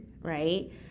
right